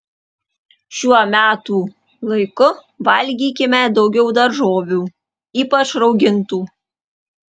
šiuo metų laiku valgykime daugiau daržovių ypač raugintų